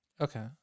okay